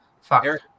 fuck